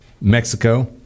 Mexico